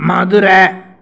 Madurai